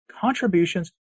contributions